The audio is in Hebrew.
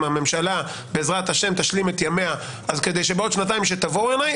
אם הממשלה בעזרת השם תשלים את ימיה כשתבואו אלי,